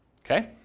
Okay